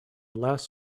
less